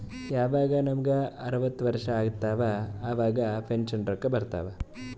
ಯವಾಗ್ ನಮುಗ ಅರ್ವತ್ ವರ್ಷ ಆತ್ತವ್ ಅವಾಗ್ ಪೆನ್ಷನ್ ರೊಕ್ಕಾ ಬರ್ತಾವ್